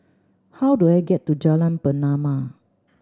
how do I get to Jalan Pernama